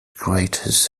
craters